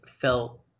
felt